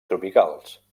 tropicals